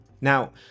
Now